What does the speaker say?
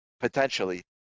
potentially